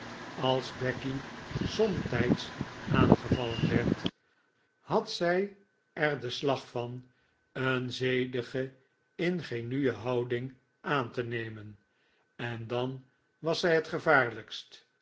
als becky somtijds aangevallen werd had zij er den slag van een zedige ingenue houding aan te nemen en dan was zij het gevaarlijkst